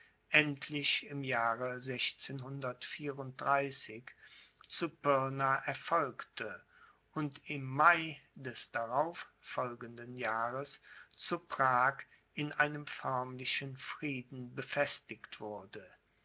endlich im jahre zu pirna erfolgte und im mai des darauf folgenden jahres zu prag in einem förmlichen frieden befestigt wurde